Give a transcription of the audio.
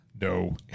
no